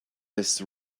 this